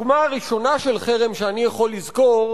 הדוגמה הראשונה של חרם שאני יכול לזכור,